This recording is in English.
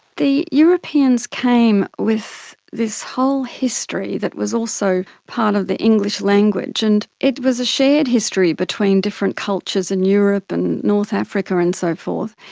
the europeans came with this whole history that was also part of the english language, and it was a shared history between different cultures in europe and north africa and so forth,